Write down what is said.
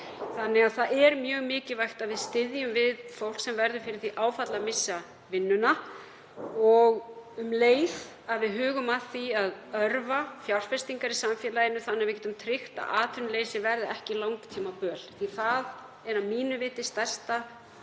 núna. Það er mjög mikilvægt að við styðjum við fólk sem verður fyrir því áfalli að missa vinnuna og um leið að við hugum að því að örva fjárfestingar í samfélaginu þannig að við getum tryggt að atvinnuleysi verði ekki langtímaböl. Það er að mínu viti stærsta